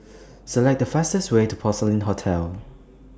Select The fastest Way to Porcelain Hotel